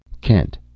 Kent